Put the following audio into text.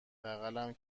بغلم